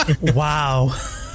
Wow